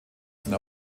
sind